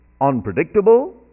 unpredictable